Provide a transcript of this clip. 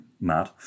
mad